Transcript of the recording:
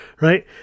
right